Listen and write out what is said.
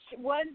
one